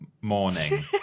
Morning